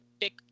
pick